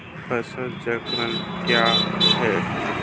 फसल चक्रण क्या है?